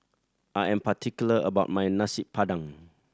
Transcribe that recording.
I am particular about my Nasi Padang